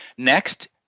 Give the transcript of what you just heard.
Next